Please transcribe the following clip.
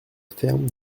ferme